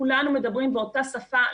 כולנו מדברים באותה שפה,